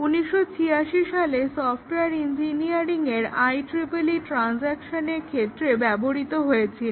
1986 সালে সফটওয়্যার ইঞ্জিনিয়ারিংয়ের IEEE ট্রানস্যাকশনগুলোর ক্ষেত্রে ব্যবহৃত হয়েছিল